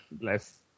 less